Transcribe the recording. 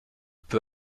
peu